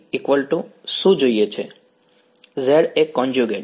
વિદ્યાર્થી Za conjugate